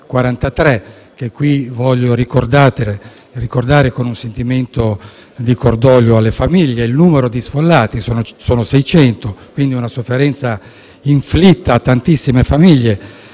43 e che qui voglio ricordare con un sentimento di cordoglio alle famiglie, e per il numero di sfollati, che sono 600, con una sofferenza inflitta a tantissime famiglie.